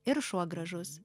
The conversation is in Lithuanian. ir šuo gražus